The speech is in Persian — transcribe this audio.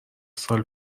سال